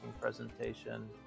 presentation